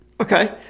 Okay